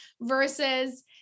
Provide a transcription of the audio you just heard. versus